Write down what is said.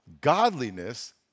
Godliness